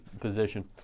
position